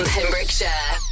Pembrokeshire